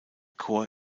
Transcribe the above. chor